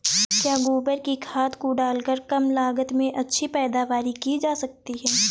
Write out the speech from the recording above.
क्या गोबर की खाद को डालकर कम लागत में अच्छी पैदावारी की जा सकती है?